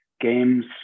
games